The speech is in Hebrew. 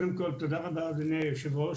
תודה רבה, אדוני היושב-ראש,